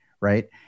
right